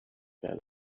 fell